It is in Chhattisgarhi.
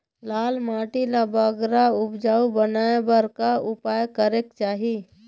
लाल माटी ला बगरा उपजाऊ बनाए बर का उपाय करेक चाही?